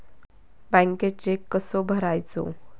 बँकेत चेक कसो भरायचो?